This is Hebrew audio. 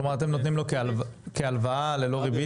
כלומר אתם נותנים לו כהלוואה ללא ריבית.